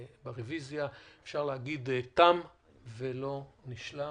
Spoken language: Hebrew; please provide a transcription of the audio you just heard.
אפשר להגיד תם ולא נשלם.